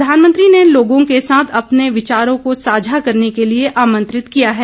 प्रधानमंत्री ने लोगों के साथ अपने विचारों को साझा करने के लिए आमंत्रित किया है